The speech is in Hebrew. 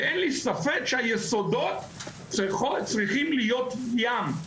ואין לי ספק שהיסודות צריכים להיות ים.